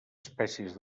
espècies